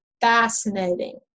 fascinating